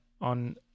on